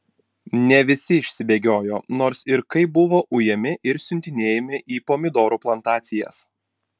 ne visi išsibėgiojo nors ir kaip buvo ujami ir siuntinėjami į pomidorų plantacijas